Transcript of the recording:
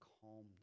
calmness